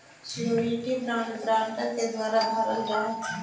surety bond guarantor के द्वारा भरल जा हइ